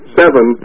seven